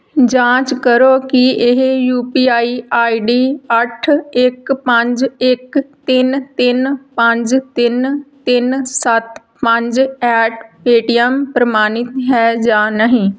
ਜਾਂਚ ਕਰੋ ਕਿ ਇਹ U P I I D ਅੱਠ ਇੱਕ ਪੰਜ ਇੱਕ ਤਿੰਨ ਤਿੰਨ ਪੰਜ ਤਿੰਨ ਤਿੰਨ ਸੱਤ ਪੰਜ ਐਟ ਪੇਟੀਐੱਮ ਪ੍ਰਮਾਣਿਤ ਹੈ ਜਾਂ ਨਹੀਂ